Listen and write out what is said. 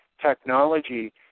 technology